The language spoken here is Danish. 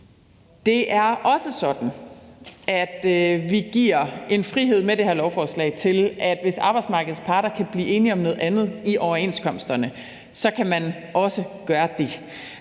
Det er også sådan, at vi med det her lovforslag giver den frihed, at hvis arbejdsmarkedets parter kan blive enige om noget andet i overenskomsterne, kan man også gøre det.